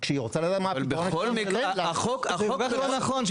וכשהיא רוצה לדעת מה הפתרון שאני נותן לה --- החוק לא נכון.